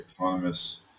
autonomous